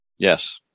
Yes